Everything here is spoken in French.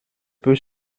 peu